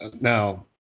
Now